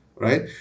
Right